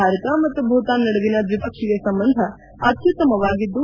ಭಾರತ ಮತ್ತು ಭೂತಾನ್ ನಡುವಿನ ದ್ವಿಪಕ್ಷೀಯ ಸಂಬಂಧ ಅತ್ತುತ್ತಮ ವಾಗಿದ್ದು